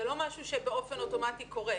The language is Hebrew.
זה לא משהו שבאופן אוטומטי קורה,